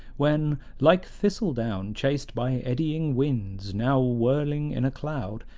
when, like thistle-down chased by eddying winds, now whirling in a cloud,